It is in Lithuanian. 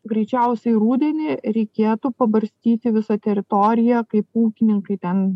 greičiausiai rudenį reikėtų pabarstyti visą teritoriją kaip ūkininkai ten